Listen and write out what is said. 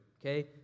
okay